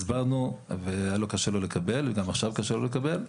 הסברנו והיה קשה לו לקבל, גם עכשיו קשה לו לקבל.